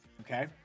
okay